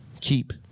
keep